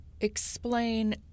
Explain